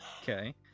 Okay